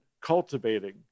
cultivating